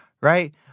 right